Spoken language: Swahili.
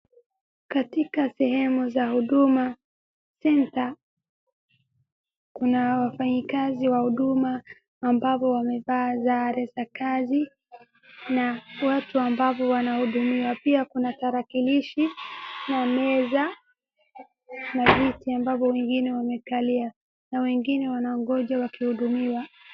Katika sehemu za huduma centre , kuna wafanyikazi wa huduma ambao wamevaa sare za kazi na watu ambao wanahudumia, na pia kuna tarakilishi na meza na viti ambavyo wengine wamekalia na wengine wanangoja wakihudumiwa.